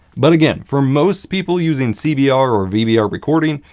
but again, for most people using cbr or vbr recording,